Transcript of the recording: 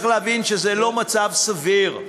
צריך להבין שזה לא מצב סביר,